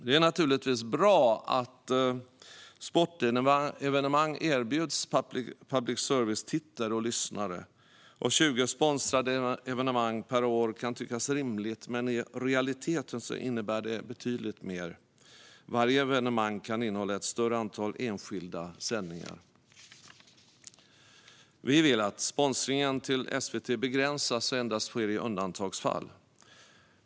Det är naturligtvis bra att sportevenemang erbjuds public services tittare och lyssnare, och 20 sponsrade evenemang per år kan tyckas rimligt. Men i realiteten innebär det betydligt mer. Varje evenemang kan innehålla ett större antal enskilda sändningar. Vi vill att sponsringen till SVT begränsas och endast sker i undantagsfall.